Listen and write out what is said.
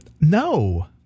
no